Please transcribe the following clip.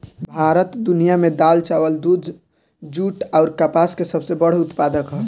भारत दुनिया में दाल चावल दूध जूट आउर कपास के सबसे बड़ उत्पादक ह